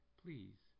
please